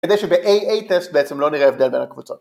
‫כדי שב-AA טסט בעצם ‫לא נראה הבדל בין הקבוצות.